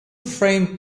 framed